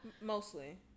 Mostly